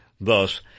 Thus